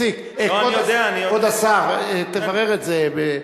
כבוד השר, תברר את זה.